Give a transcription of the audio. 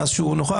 מאז שהוא קיים,